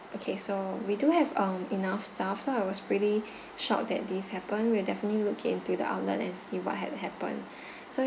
okay so we do have um enough staff so I was pretty shocked that this happened we'll definitely look into the outlet and see what had happened